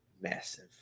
massive